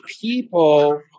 people